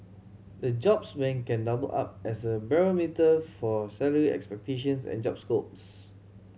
the jobs bank can double up as a barometer for salary expectations and job scopes